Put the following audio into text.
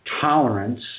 tolerance